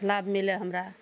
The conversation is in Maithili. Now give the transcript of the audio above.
लाभ मिलय हमरा